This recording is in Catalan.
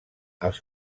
els